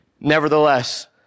Nevertheless